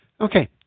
Okay